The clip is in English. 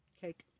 cake